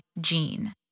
gene